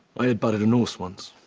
i head-butted a horse once.